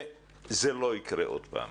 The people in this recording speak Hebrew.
וזה לא יקרה עוד פעם.